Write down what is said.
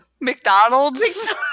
McDonald's